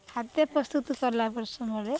ଖାଦ୍ୟ ପ୍ରସ୍ତୁତ କଲା ସମୟରେ